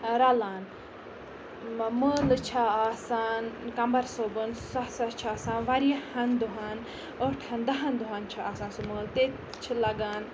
رَلان مٲلہٕ چھِ آسان کَمبَر صٲبُن سُہ ہَسا چھُ آسان واریاہَن دۄہَن ٲٹھَن دَہَن دۄہَن چھُ آسان سُہ مٲلہٕ تیٚتہِ چھِ لَگان